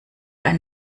ein